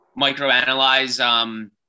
microanalyze